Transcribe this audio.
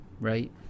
right